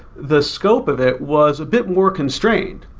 the scope of it was a bit more constrained.